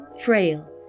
frail